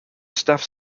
staff